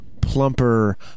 Plumper